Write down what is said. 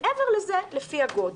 מעבר לזה, לפי הגודל.